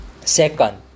second